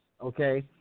okay